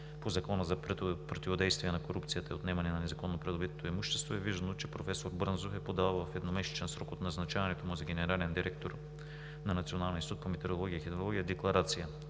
по Закона за противодействие на корупцията и отнемане на незаконно придобитото имущество е видно, че професор Брънзов е подал в едномесечен срок от назначаването му за генерален директор на Националния институт по метеорология и хидрология декларация.